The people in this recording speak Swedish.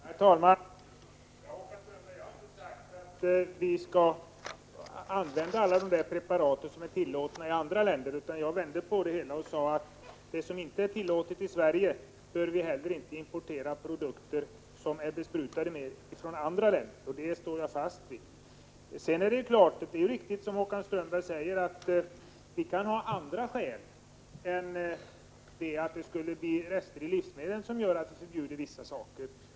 Herr talman! Jag har inte sagt, Håkan Strömberg, att vi skall använda alla de preparat som är tillåtna i andra länder. Jag vände på resonemanget och sade beträffande de medel som det inte är tillåtet att använda i Sverige att vi inte heller bör importera produkter besprutade med dessa från andra länder. Det står jag fast vid. Sedan är det riktigt som Håkan Strömberg säger att vi kan ha andra skäl än att det skulle bli rester i livsmedlen för att förbjuda vissa saker.